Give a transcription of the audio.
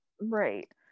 right